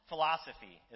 philosophy